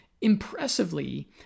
Impressively